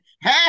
hey